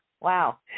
Wow